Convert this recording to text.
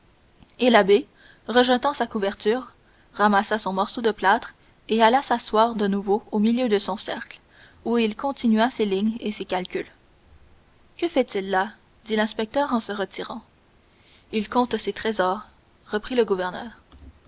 et l'abbé rejetant sa couverture ramassa son morceau de plâtre et alla s'asseoir de nouveau au milieu de son cercle où il continua ses lignes et ses calculs que fait-il là dit l'inspecteur se retirant il compte ses trésors reprit le gouverneur